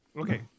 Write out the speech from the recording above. Okay